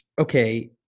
Okay